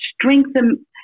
strengthen